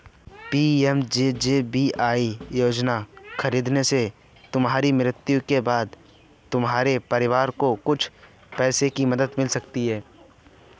PMJJBY योजना खरीदने से तुम्हारी मृत्यु के बाद तुम्हारे परिवार को कुछ पैसों की मदद मिल सकती है